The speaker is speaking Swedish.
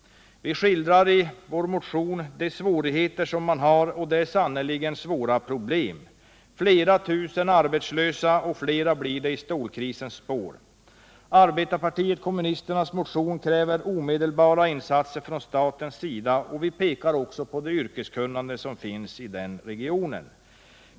Vi skildrar i vår motion de svårigheter man har, och det är sannerligen svåra problem. Flera tusen är arbetslösa och flera blir det i stålkrisens spår. Arbetarpartiet kommunisternas motion kräver omedelbara insatser från statens sida, och vi pekar också på det yrkeskunnande som finns i regionen.